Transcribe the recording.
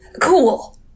Cool